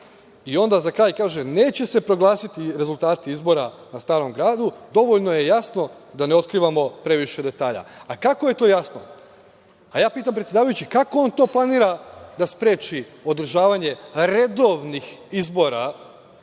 Onda za kraj kaže – neće se proglasiti rezultati izbora na Starom Gradu, dovoljno je jasno da ne otkrivamo previše detalja. Kako je to jasno? Ja pitam, predsedavajući, kako on to planira da spreči održavanje redovnih izbora